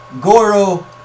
Goro